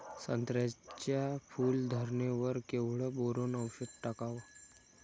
संत्र्याच्या फूल धरणे वर केवढं बोरोंन औषध टाकावं?